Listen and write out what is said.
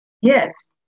Yes